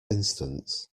instance